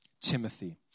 Timothy